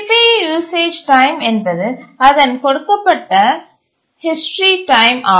CPU usage time என்பது அதன் கொடுக்கப்பட்ட ஹிஸ்டரி டைம் ஆகும்